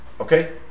okay